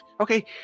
Okay